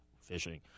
fishing